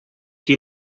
qui